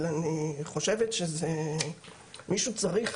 אני חושבת שמישהו צריך